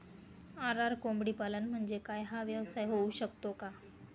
RR कोंबडीपालन म्हणजे काय? हा व्यवसाय होऊ शकतो का?